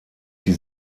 die